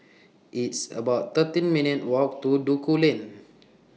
It's about thirteen minutes' Walk to Duku Lane